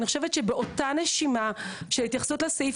אני חושב שבאותה הנשימה של ההתייחסות לסעיף